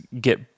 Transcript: get